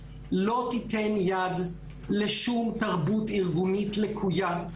לא תיתן יד לשום תרבות ארגונית לקויה,